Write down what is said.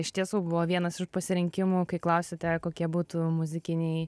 iš tiesų buvo vienas iš pasirinkimų kai klausėte kokie būtų muzikiniai